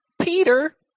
Peter